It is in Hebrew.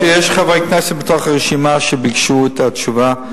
יש חברי כנסת בתוך הרשימה שביקשו את התשובה.